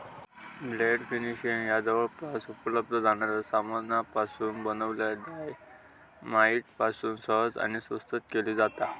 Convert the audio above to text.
blast fishing ह्या जवळपास उपलब्ध जाणाऱ्या सामानापासून बनलल्या डायना माईट पासून सहज आणि स्वस्तात केली जाता